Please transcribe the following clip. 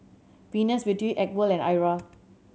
Venus Beauty Acwell and Iora